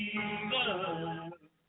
Jesus